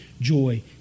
joy